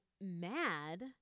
mad